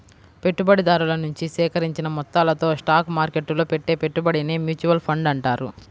పెట్టుబడిదారుల నుంచి సేకరించిన మొత్తాలతో స్టాక్ మార్కెట్టులో పెట్టే పెట్టుబడినే మ్యూచువల్ ఫండ్ అంటారు